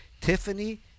Tiffany